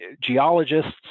geologists